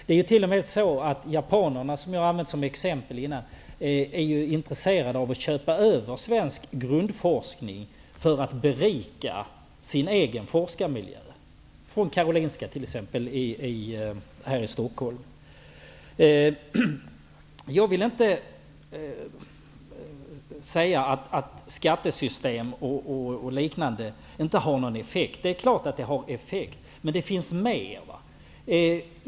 Det är t.o.m. så att japanerna, som jag har använt som exempel, är intresserade av att köpa över svensk grundforskning för att berika sin egen forskarmiljö. Detta har t.ex. skett från Karolinska institutet här i Jag vill inte säga att skattesystem och liknande inte har någon effekt. Det är klart att det har effekt, men det finns mer.